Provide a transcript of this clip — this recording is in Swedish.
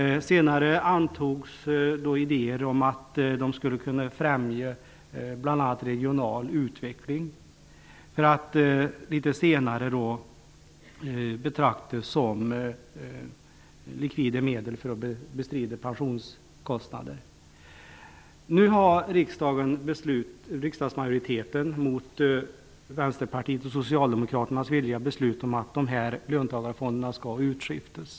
Senare antogs idéer som att pengarna skulle kunna främja bl.a. regional utveckling. Ännu litet senare betraktades pengarna som möjliga likvida medel för att bestrida pensionskostnader. Socialdemokraternas och Vänsterpartiets vilja, beslutat att löntagarfonderna skall utskiftas.